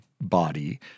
body